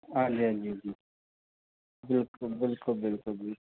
ਹਾਂਜੀ ਹਾਂਜੀ ਜੀ ਬਿਲਕੁਲ ਬਿਲਕੁਲ ਬਿਲਕੁਲ ਜੀ